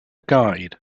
guide